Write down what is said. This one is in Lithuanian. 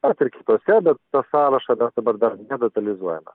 vat ir kitose bet to sąrašo dar dabar nedetalizuojame